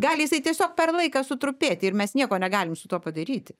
gali jisai tiesiog per laiką sutrupėti ir mes nieko negalim su tuo padaryti